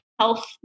health